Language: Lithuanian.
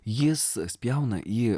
jis spjauna į